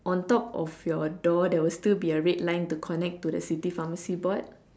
on top of your door there will still be a red line to connect to your city pharmacy board